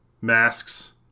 Masks